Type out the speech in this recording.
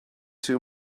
too